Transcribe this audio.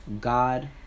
God